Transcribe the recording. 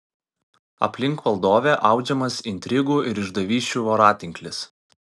aplink valdovę audžiamas intrigų ir išdavysčių voratinklis